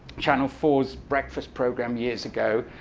channel four's breakfast program years ago,